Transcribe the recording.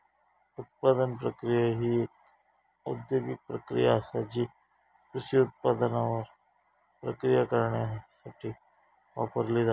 उत्पादन प्रक्रिया ही एक औद्योगिक प्रक्रिया आसा जी कृषी उत्पादनांवर प्रक्रिया करण्यासाठी वापरली जाता